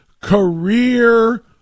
career